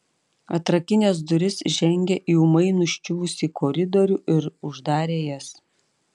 atrakinęs duris žengė į ūmai nuščiuvusį koridorių ir uždarė jas